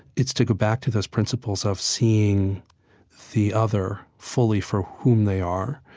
it's to go back to those principles of seeing the other fully for whom they are.